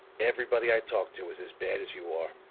everybody i talk to is as bad as you are.